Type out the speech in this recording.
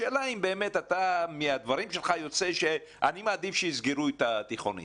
השאלה היא האם -- -מהדברים שלך יוצא עדיף שיסגרו את התיכונים.